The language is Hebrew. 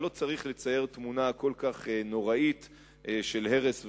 אבל לא צריך לצייר תמונה כל כך נוראית של הרס וחורבן,